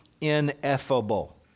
ineffable